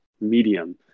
medium